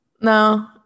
No